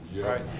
Right